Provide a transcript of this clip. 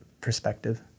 perspective